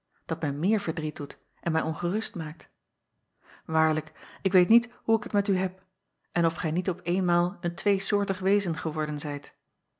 dat mij meer verdriet doet en mij ongerust maakt aarlijk ik weet niet hoe ik het met u heb en of gij niet op eenmaal een tweesoortig wezen geworden zijt